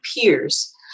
peers